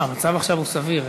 לא, המצב עכשיו סביר.